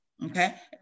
Okay